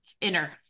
inner